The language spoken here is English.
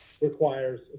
requires